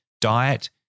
Diet